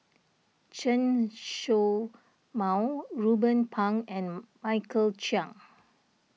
Chen Show Mao Ruben Pang and Michael Chiang